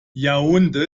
yaoundé